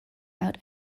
out